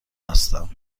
هستم